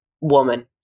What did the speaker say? woman